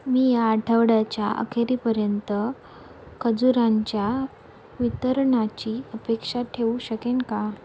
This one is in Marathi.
मी या आठवड्याच्या अखेरीपर्यंत खजूरांच्या वितरणाची अपेक्षा ठेवू शकेन का